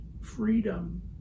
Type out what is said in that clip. Freedom